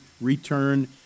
return